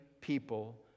people